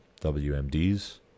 WMDs